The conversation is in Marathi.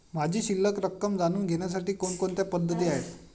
माझी शिल्लक रक्कम जाणून घेण्यासाठी कोणकोणत्या पद्धती आहेत?